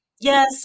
Yes